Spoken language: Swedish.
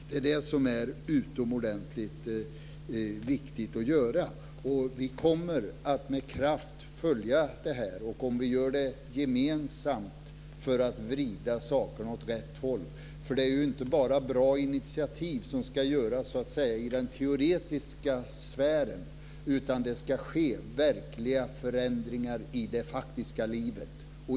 Det är det som det är utomordentligt viktigt att göra. Vi kommer att med kraft följa det här, om vi kan göra det gemensamt för att vrida sakerna åt rätt håll. Det är inte bara bra initiativ som ska tas i den teoretiska sfären, utan det ska ske verkliga förändringar i det faktiska livet.